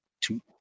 two